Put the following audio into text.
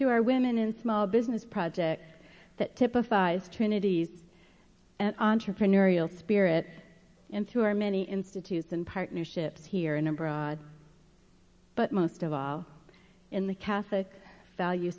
through our women in small business projects that typifies trinity's and entrepreneurial spirit into our many institutes and partnerships here and abroad but most of all in the catholic value